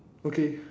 okay